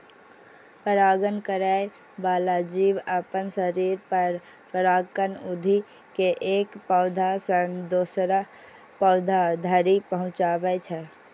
परागण करै बला जीव अपना शरीर पर परागकण उघि के एक पौधा सं दोसर पौधा धरि पहुंचाबै छै